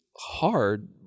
hard